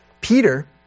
Peter